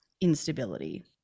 instability